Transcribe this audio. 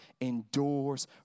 endures